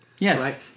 Yes